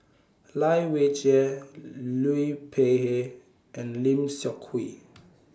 Lai Weijie Liu Peihe and Lim Seok Hui